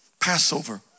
Passover